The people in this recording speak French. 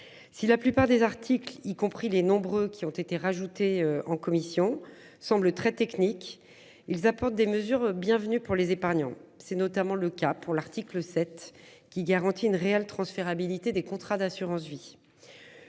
Si la plupart des articles, y compris les nombreux qui ont été rajoutés en commission semble très technique. Ils apportent des mesures bienvenu pour les épargnants. C'est notamment le cas pour l'article 7 qui garantit une réelle transférabilité des contrats d'assurance vie.